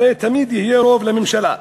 הרי תמיד יהיה רוב לממשלה.